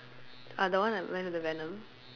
ah the one I went to the venom